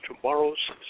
tomorrow's